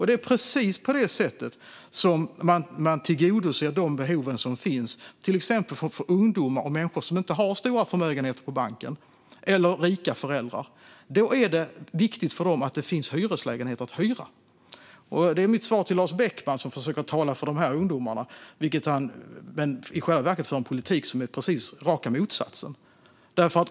Det är precis på det sättet man tillgodoser behoven som finns, till exempel hos ungdomar och människor som inte har stora förmögenheter på banken eller rika föräldrar. För dem är det viktigt att det finns hyreslägenheter att hyra. Det är också mitt svar till Lars Beckman, som försöker tala för de här ungdomarna när han i själva verket för en politik som är raka motsatsen.